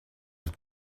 with